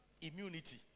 immunity